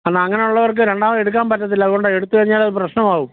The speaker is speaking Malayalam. എന്നാൽ അങ്ങനെ ഉള്ളവർക്ക് രണ്ടാമത് എടുക്കാൻ പറ്റത്തില്ല അതുകൊണ്ട് എടുത്തു കഴിഞ്ഞാൽ അത് പ്രശ്നമാവും